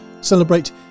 celebrate